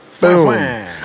Boom